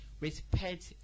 respect